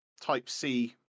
Type-C